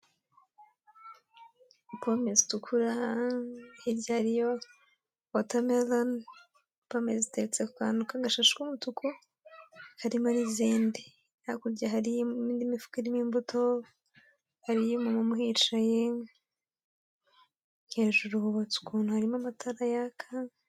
Pome zitukura, hirya hariyo wotameroni, pome ziteretse ku kantu k'agashashi k'umutuku karimo n'izindi, hakurya hariyo indi mifuka irimo imbuto, hariyo umumama uhicaye, hejuru hubatse ukuntu harimo amatara yaka.